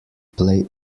play